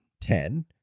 ten